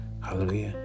Hallelujah